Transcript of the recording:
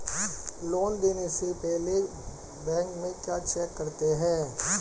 Loan देने से पहले बैंक में क्या चेक करते हैं?